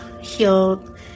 healed